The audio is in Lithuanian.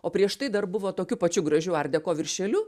o prieš tai dar buvo tokiu pačiu gražiu art deko viršeliu